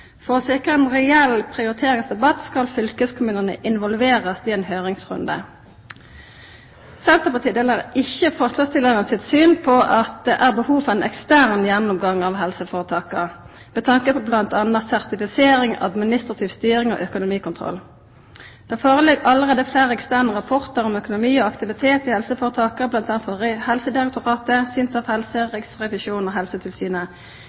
For å sikra ein reell prioriteringsdebatt skal fylkeskommunane involverast i ein høyringsrunde. Senterpartiet deler ikkje forslagsstillarane sitt syn at det er behov for ein ekstern gjennomgang av helseføretaka bl.a. med tanke på sertifisering, administrativ styring og økonomikontroll. Det ligg allereie føre fleire eksterne rapportar om økonomi og aktivitet i helseføretaka bl.a. frå Helsedirektoratet, SINTEF Helse, Riksrevisjonen og Helsetilsynet.